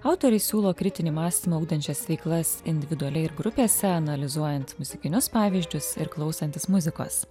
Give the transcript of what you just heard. autoriai siūlo kritinį mąstymą ugdančias veiklas individualiai ir grupėse analizuojant muzikinius pavyzdžius ir klausantis muzikos